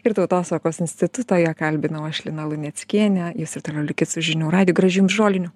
ir tautosakos instituto ją kalbinau aš lina luneckienė jūs ir toliau likit su žinių radiju gražių jums žolinių